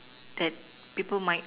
that people might